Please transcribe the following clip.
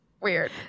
weird